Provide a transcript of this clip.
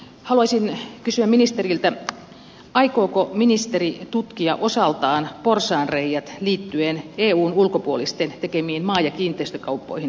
haluaisin kysyä ministeriltä aikooko ministeri tutkia osaltaan porsaanreiät liittyen eun ulkopuolisten tekemiin maa ja kiinteistökauppoihin suomessa